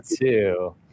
two